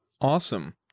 Awesome